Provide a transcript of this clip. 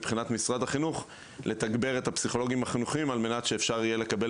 מבחינת משרד החינוך לתגבר את הפסיכולוגים החינוכיים כדי שיהיה אפשר לקבל